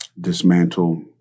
dismantle